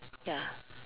ya